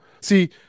See